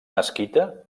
mesquita